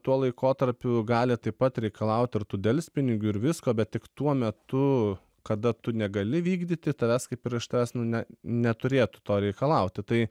tuo laikotarpiu gali taip pat reikalaut ir tų delspinigių ir visko bet tik tuo metu kada tu negali vykdyti tavęs kaip ir iš tavęs nu ne neturėtų to reikalauti tai